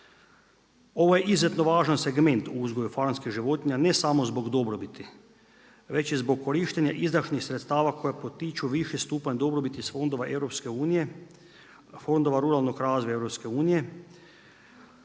Ovo je izuzetno važan segment uzgoj farmerskih životinja ne samo zbog dobrobiti već i zbog korištenja izdašnih sredstava koje potiču viši stupanj dobrobiti iz fondova EU-a, fondova